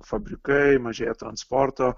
fabrikai mažėja transporto